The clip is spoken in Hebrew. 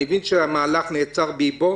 אני מבין שהמהלך נעצר באיבו?